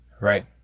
Right